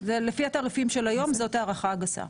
זה לפי התעריפים של היום זו ההערכה הגסה.